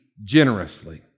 generously